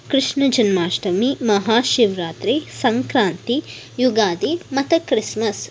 ಕೃಷ್ಣ ಜನ್ಮಾಷ್ಟಮಿ ಮಹಾಶಿವರಾತ್ರಿ ಸಂಕ್ರಾಂತಿ ಯುಗಾದಿ ಮತ್ತು ಕ್ರಿಸ್ಮಸ್